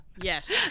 Yes